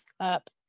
up